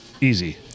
Easy